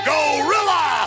Gorilla